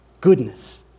goodness